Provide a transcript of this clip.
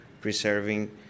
preserving